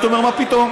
היית אומר מה פתאום,